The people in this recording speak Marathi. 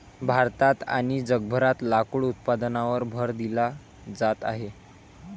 भारतात आणि जगभरात लाकूड उत्पादनावर भर दिला जात आहे